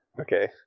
Okay